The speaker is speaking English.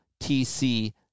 TC